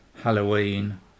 halloween